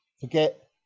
forget